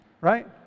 Right